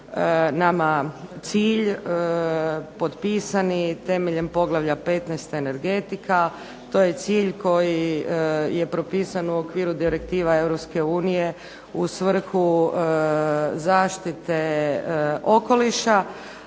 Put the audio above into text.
nama cilj potpisani temeljem poglavlja 15. – Energetika. To je cilj koji je propisan u okviru direktiva Europske unije u svrhu zaštite okoliša,